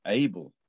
able